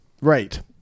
right